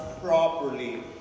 properly